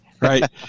right